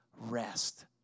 rest